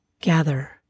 gather